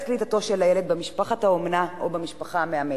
קליטתו של הילד במשפחת האומנה או במשפחה המאמצת.